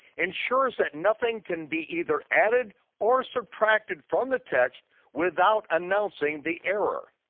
ensures that nothing can be either added or subtracted from the text without announcing the error.